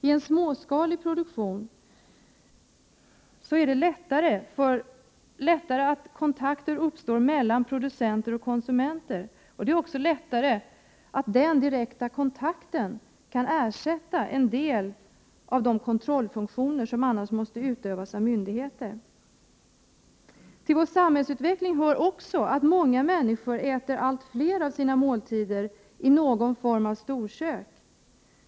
I en småskalig produktion uppstår kontakter lättare mellan producenter och konsumenter. Denna kontakt kan också ersätta en del av de kontrollfunktioner som annars måste utövas av myndigheter. Till vår samhällsutveckling hör att många människor äter allt fler av sina måltider i någon form av storkök.